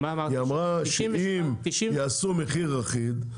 היא אמרה שאם יעשו מחיר אחיד,